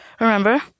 Remember